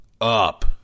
up